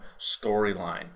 storyline